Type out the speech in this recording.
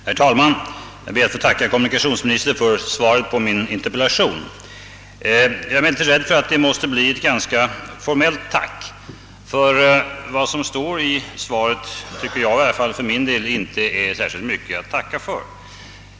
Herr talman! Jag ber att få tacka kommunikationsministern för svaret på min interpellation. Jag är emellertid rädd för att det måste bli ett ganska formellt tack, ty svarets innehåll förefaller mig inte vara särskilt mycket att tacka för.